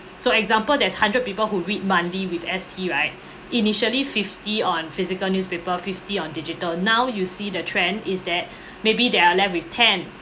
so example there's hundred people who read monthly with S_T right initially fifty on physical newspaper fifty on digital now you see the trend is that maybe they are left with ten